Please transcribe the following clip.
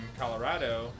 Colorado